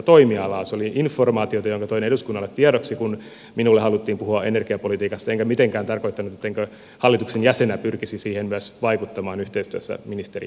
se oli informaatiota jonka toin eduskunnalle tiedoksi kun minulle haluttiin puhua energiapolitiikasta enkä mitenkään tarkoittanut ettenkö hallituksen jäsenenä pyrkisi myös siihen vaikuttamaan yhteistyössä ministeri vapaavuoren kanssa